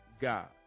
God